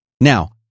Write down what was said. Now